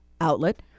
outlet